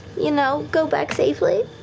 you know go back safely?